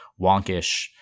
wonkish